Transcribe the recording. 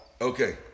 Okay